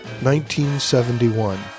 1971